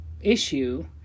issue